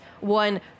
one